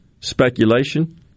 speculation